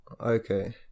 Okay